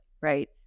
right